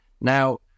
Now